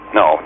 no